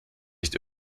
nicht